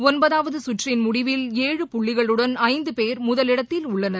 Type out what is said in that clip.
ஒன்பதாவது சுற்றின் முடிவில் ஏழு புள்ளிகளுடன் ஐந்து பேர் முதலிடத்தில் உள்ளனர்